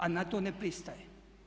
A na to ne pristajem.